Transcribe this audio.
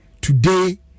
Today